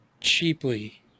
cheaply